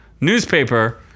newspaper